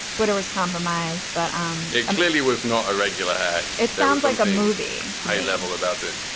twitter was compromised but um it clearly was not a regular hack. it sounds like a movie high level about it,